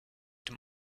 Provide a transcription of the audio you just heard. dem